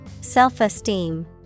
Self-esteem